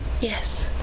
Yes